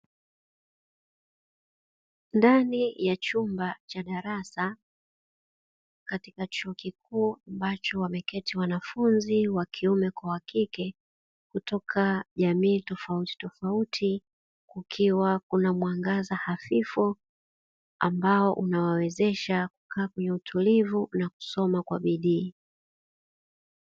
Ndani ya chumba cha darasa katika chuo kikuu ambacho wameketi wanafunzi wa kiume kwa wa kike kutoka jamii tofautitofauti, kukiwa kuna mwangaza hafifu ambao unawasezesha kukaa kwa utulivu na kusoma kwa bidii.